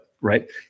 right